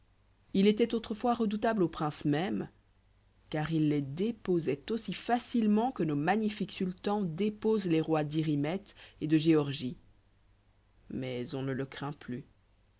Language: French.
il étoit autrefois redoutable aux princes mêmes car il les déposoit aussi facilement que nos magnifiques sultans déposent les rois d'irimette et de géorgie mais on ne le craint plus